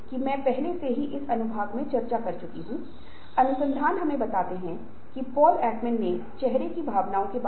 और यदि आप ऐसा नहीं करते हैं तो आप सुस्त हो जाएंगे और आप पीछे रेह जाएंगे